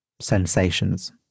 sensations